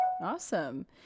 Awesome